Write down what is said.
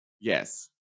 yes